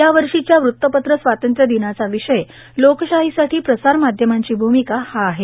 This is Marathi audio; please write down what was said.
यावर्षीच्या वृत्तपत्र स्वातंत्र्य दिनाचा विषय लोकशाहीसाठी प्रसारमाध्यमांची भूमिका हा आहे